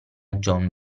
john